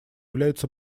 является